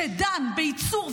שדן בייצור,